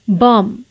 bomb